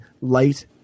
light